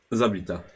zabita